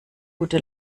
gute